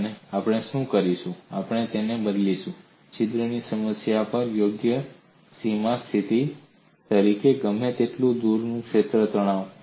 અને આપણે શું કરીશું આપણે તેને બદલીશું છિદ્રની સીમા પર યોગ્ય સીમા સ્થિતિ તરીકે ગમે તેટલું દૂરનું ક્ષેત્ર તણાવ